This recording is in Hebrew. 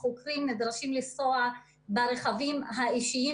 החוקרים נדרשים לנסוע ברכבים האישיים